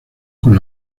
con